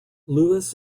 lewis